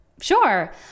Sure